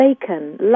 bacon